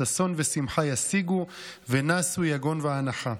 ששון ושמחה ישיגון נסו יגון וַאֲנחה".